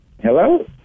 Hello